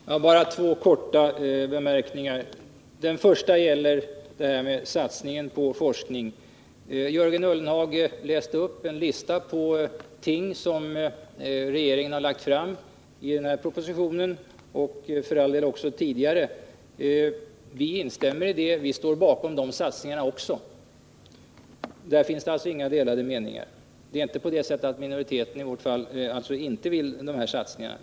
Herr talman! Jag skall bara göra två korta kommentarer. Den första gäller detta med satsningen på forskning. Jörgen Ullenhag läste upp en lista på ting som regeringen lagt fram i denna proposition, och för all del också tidigare. Vi instämmer i detta, vi står också bakom de satsningarna. Där finns det inga delade meningar. Det är alltså inte på det sättet att vi i minoriteten inte vill göra dessa satsningar.